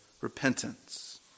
repentance